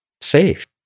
safe